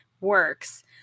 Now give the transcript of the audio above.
works